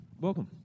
Welcome